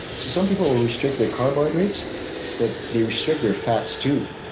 some people will restrict their carbohydrates but they restrict their fats, too.